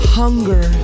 hunger